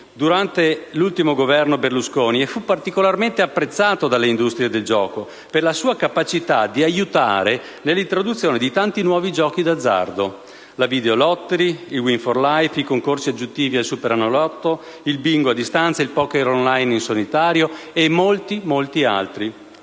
durante l'ultimo Governo Berlusconi e fu particolarmente apprezzato dalle industrie del gioco per la sua capacità di aiutare nell'introduzione di tanti nuovi giochi d'azzardo: la *videolottery*, il *win for life*, i concorsi aggiuntivi del superenalotto, il bingo a distanza, il *poker on line* in solitario e molti altri.